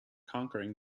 conquering